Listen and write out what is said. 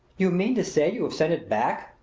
you mean to say you have sent it back?